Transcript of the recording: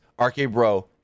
RK-Bro